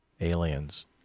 aliens